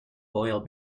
oil